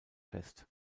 fest